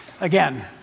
Again